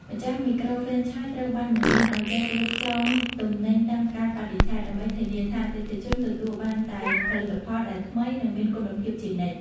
ម្ចាស់មីក្រូហ្វ្រេនឆាយត្រូវបានបង្រៀនឱ្យចេះ "រៀបចំទំនិញតាមកាលបរិច្ឆេទ" ដើម្បីធានាថាអតិថិជនទទួលបានតែផលិតផលដែលថ្មី និងមានគុណភាពជានិច្ច។